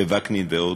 וקנין ועוד?